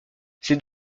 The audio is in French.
c’est